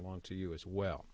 along to you as well